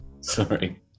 Sorry